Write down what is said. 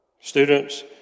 students